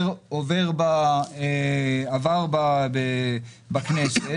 -- עבר בכנסת.